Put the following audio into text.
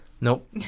Nope